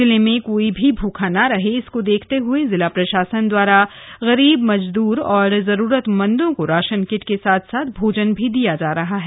जिले में कोई भी भूखा ना रहे इसको देखते हुए जिला प्रशासन द्वारा गरीब मजदूर और जरूरतमंदों को राशन किट के साथ साथ भोजन भी दिया जा रहा है